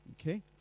Okay